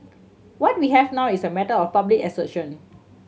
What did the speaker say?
what we have now is a matter of public assertion